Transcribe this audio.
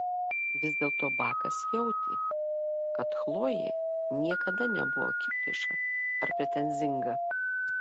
vis dėlto bakas jautė kad chlojė niekada nebuvo akiplėša ar pretenzinga